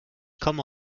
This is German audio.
komme